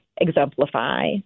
exemplify